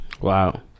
Wow